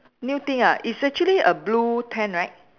new thing ah it's actually a blue tent right